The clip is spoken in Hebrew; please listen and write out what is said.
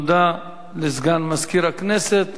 תודה לסגן מזכיר הכנסת.